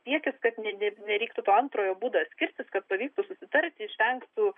siekis kad ne nereiktų to antrojo būdo skirsis kad pavyktų susitarti išvengtų